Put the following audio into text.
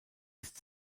ist